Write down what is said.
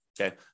okay